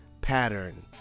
pattern